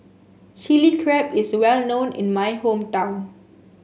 Chilli Crab is well known in my hometown